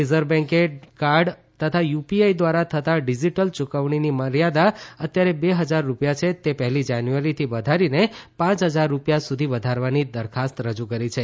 reserve Bank digital ભારતીય Reserve બેન્કે card તથા યુપીઆઈ દ્વારા થતાં ડીજીટલ યૂકવણીની મર્યાદા અત્યારે બે હજાર રૂપિયા છે તે પહેલી જાન્યુઆરીથી વધારીને પાંચ હજાર રૂપિયા સુધી વધારવાની દરખાસ્ત રજૂ કરી છે